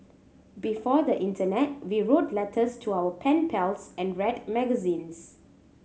before the internet we wrote letters to our pen pals and read magazines